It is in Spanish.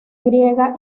griega